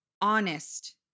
honest